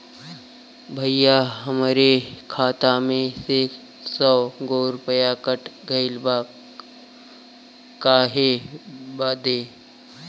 भईया हमरे खाता में से सौ गो रूपया कट गईल बा काहे बदे?